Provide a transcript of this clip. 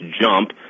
jump